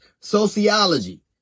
sociology